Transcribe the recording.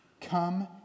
Come